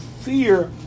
fear